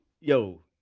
yo